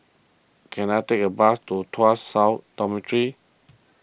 can I take a bus to Tuas South Dormitory